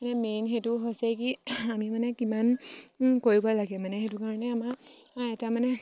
মানে মেইন সেইটো হৈছে কি আমি মানে কিমান কৰিব লাগে মানে সেইটো কাৰণে আমাৰ এটা মানে